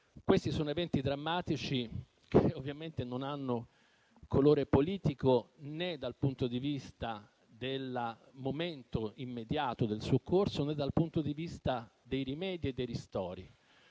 questi sono eventi drammatici, che ovviamente non hanno colore politico, né dal punto di vista del momento immediato del soccorso, né dal punto di vista dei rimedi e dei ristori.